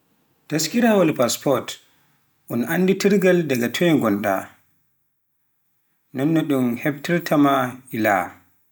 taskiraawol passports un annditirgal daga toye ngonɗa nonno ɗun hebtirtaa maa ilaa